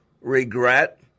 Regret